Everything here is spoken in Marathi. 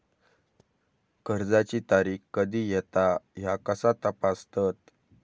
कर्जाची तारीख कधी येता ह्या कसा तपासतत?